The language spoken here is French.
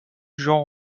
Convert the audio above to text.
jean